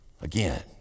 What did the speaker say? again